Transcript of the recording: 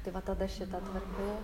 tai va tada šita tvarkiau